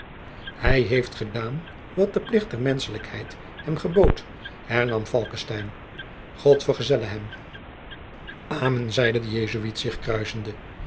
hij heeft gedaan wat de plicht der menschlijkheid hem gebood hernam falckestein god vergezelle hem amen zeide de jesuit zich kruissende